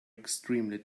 extremely